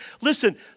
Listen